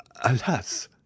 Alas